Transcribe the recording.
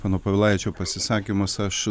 pono povilaičio pasisakymus aš